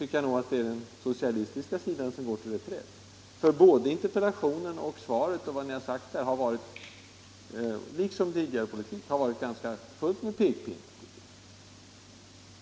är det den socialistiska sidan som slår till reträtt. Vad ni sagt både i interpellationen och i svaret har, liksom tidigare politik, varit fullt av pekpinnar.